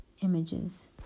images